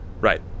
Right